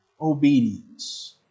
obedience